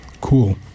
Cool